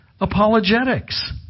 apologetics